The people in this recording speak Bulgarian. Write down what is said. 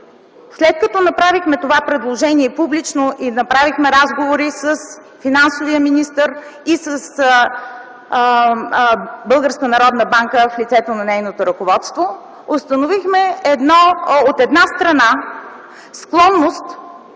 След като направихме това предложение публично и направихме разговор с финансовия министър и с Българската народна банка, в лицето на нейното ръководство, установихме, от една страна, склонност